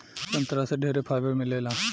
संतरा से ढेरे फाइबर मिलेला